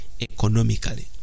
economically